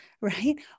right